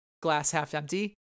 glass-half-empty